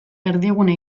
erdigune